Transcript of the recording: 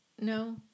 No